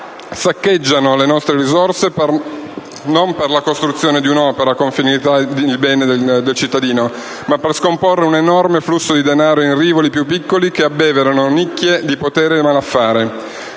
Saccheggiano le nostre risorse non per la costruzione di un'opera con finalità il bene del cittadino, ma per scomporre un enorme flusso di denaro in rivoli più piccoli che abbeverano nicchie di potere e malaffare.